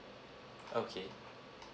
okay